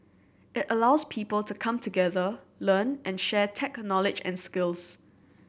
it allows people to come together learn and share tech knowledge and skills